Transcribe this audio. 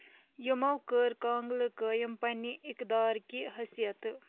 یِمو کٔر کانٛگلہٕ قٲیِم پنٛنہِ اِقدارکہِ حٔثیَتہٕ